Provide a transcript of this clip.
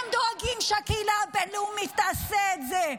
הם דואגים שהקהילה הבין-לאומית תעשה את זה.